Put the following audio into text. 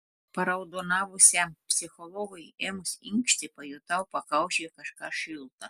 paraudonavusiam psichologui ėmus inkšti pajutau pakaušyje kažką šilta